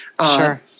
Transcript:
Sure